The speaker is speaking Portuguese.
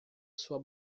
sua